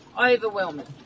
overwhelming